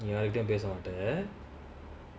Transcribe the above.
ya you can't get out of there